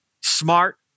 smart